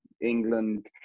England